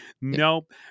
Nope